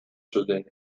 zuten